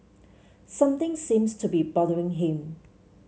something seems to be bothering him